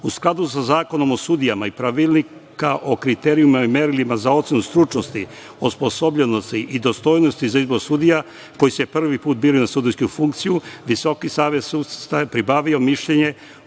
skladu sa Zakonom o sudijama i Pravilnika o kriterijumima i merilima za ocenu stručnosti, osposobljenosti i dostojnosti za izbor sudija koji se prvi put biraju na sudijsku funkciju, Visoki savet sudstva je pribavio mišljenje